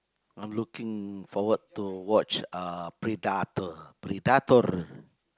I'm looking forward to watch uh Predator Predator